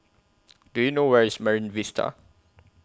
Do YOU know Where IS Marine Vista